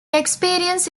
experience